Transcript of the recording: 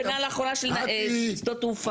יש תוכנית מתאר שעודכנה לאחרונה של שדות תעופה.